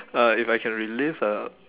uh if I can relive a